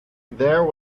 there